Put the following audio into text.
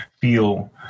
feel